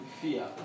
fear